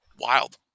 wild